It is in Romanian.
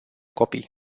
copii